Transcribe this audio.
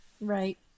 right